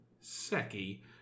Seki